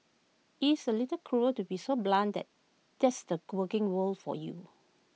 it's A little cruel to be so blunt that that's the working world for you